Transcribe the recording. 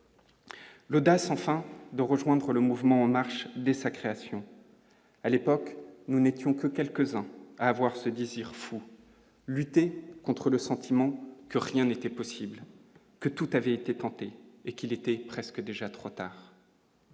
L'audace enfin de rejoindre le mouvement marche dès sa création à l'époque nous n'étions que quelques uns à avoir ce désir fou : lutter contre le sentiment que rien n'était possible que tout avait été tenté, et qu'il était presque déjà trop tard.